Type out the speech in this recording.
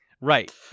Right